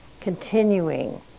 continuing